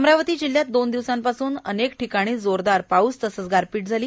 अमरावती जिल्ह्यात दोन दिवसापासून जिल्ह्यात अनेक ठिकाणी जोरदार पाऊस तसंच गारपीट झाली